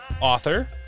author